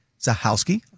Zahowski